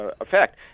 effect